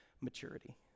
Maturity